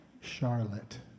Charlotte